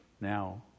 now